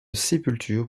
sépultures